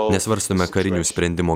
nesvarstome karinių sprendimų